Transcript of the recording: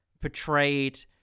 portrayed